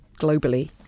globally